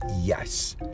yes